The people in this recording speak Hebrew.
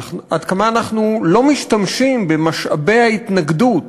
עד כמה אנחנו לא משתמשים במשאבי ההתנגדות,